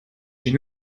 chez